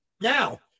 now